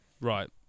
Right